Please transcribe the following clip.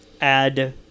add